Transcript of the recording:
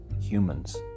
humans